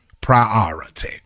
priority